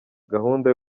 gahunda